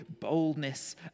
boldness